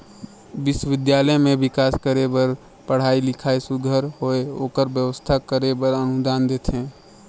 बिस्वबिद्यालय में बिकास करे बर पढ़ई लिखई सुग्घर होए ओकर बेवस्था करे बर अनुदान देथे